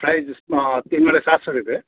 price उयोमा तिमीलाई सात सय रुपे